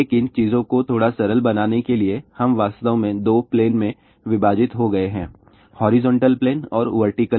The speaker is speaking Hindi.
लेकिन चीजों को थोड़ा सरल बनाने के लिए हम वास्तव में दो प्लेन में विभाजित हो गए हैं हॉरिजॉन्टल प्लेन और वर्टीकल प्लेन